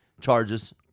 charges